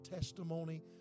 testimony